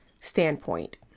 standpoint